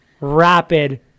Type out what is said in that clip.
rapid